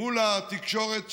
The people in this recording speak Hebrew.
מול התקשורת,